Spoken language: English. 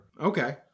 Okay